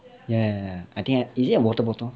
ya ya ya I think is it a water bottle